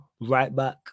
right-back